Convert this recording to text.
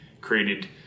created